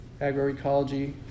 agroecology